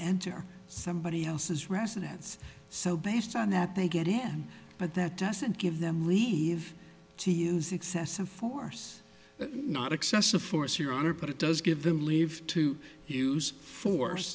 enter somebody else's residence so based on that they get him but that doesn't give them leave to use excessive force not excessive force your honor but it does give him leave to use force